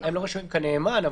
הם לא רשומים כנאמן,